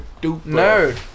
Nerd